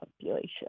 population